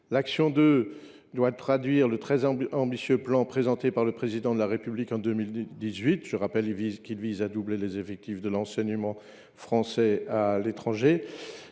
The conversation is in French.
française » doit traduire le très ambitieux plan présenté par le Président de la République en 2018, qui vise à doubler les effectifs de l’enseignement français à l’étranger.